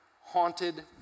haunted